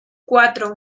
cuatro